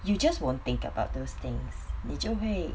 you just won't think about those things 你就会